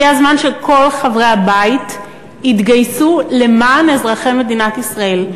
הגיע הזמן שכל חברי הבית יתגייסו למען אזרחי מדינת ישראל.